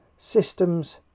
systems